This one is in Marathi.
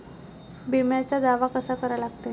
बिम्याचा दावा कसा करा लागते?